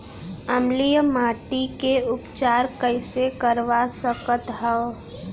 अम्लीय माटी के उपचार कइसे करवा सकत हव?